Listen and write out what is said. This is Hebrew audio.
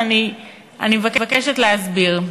ואני מבקשת להסביר.